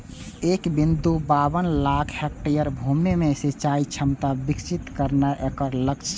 एक बिंदु बाबन लाख हेक्टेयर भूमि मे सिंचाइ क्षमता विकसित करनाय एकर लक्ष्य छै